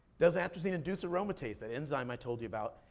does atrazine induce aromatase, that enzyme i told you about?